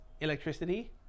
electricity